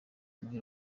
imuhe